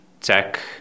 tech